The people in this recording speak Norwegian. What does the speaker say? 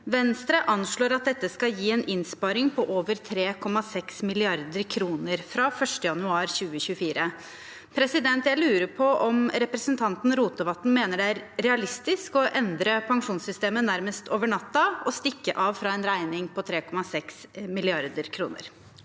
Venstre anslår at dette skal gi en innsparing på over 3,6 mrd. kr fra 1. januar 2024. Jeg lurer på om representanten Rotevatn mener det er realistisk å endre pensjonssystemet nærmest over natten og stikke av fra en regning på 3,6 mrd. kr?